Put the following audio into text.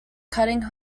cutting